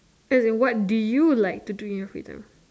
as in what do you like to do in your free time